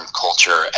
culture